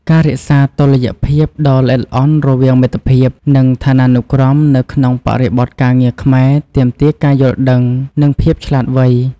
ការរក្សាតុល្យភាពដ៏ល្អិតល្អន់រវាងមិត្តភាព និងឋានានុក្រមនៅក្នុងបរិបទការងារខ្មែរទាមទារការយល់ដឹង និងភាពឆ្លាតវៃ។